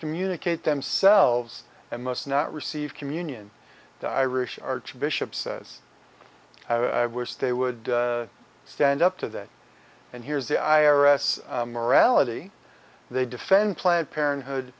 communicate themselves and must not receive communion irish archbishop says i wish they would stand up to that and here's the i r s morality they defend planned parenthood